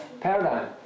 paradigm